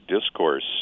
discourse